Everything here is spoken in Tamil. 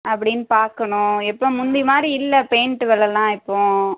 அப்படின்னு பார்க்கணும் இப்போ முந்தி மாதிரி இல்லை பெயிண்ட்டு வெலைல்லாம் இப்போது